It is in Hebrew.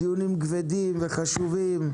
אלה דיונים כבדים וחשובים,